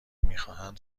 میخواهند